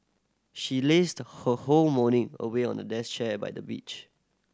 she lazed her whole morning away on a deck chair by the beach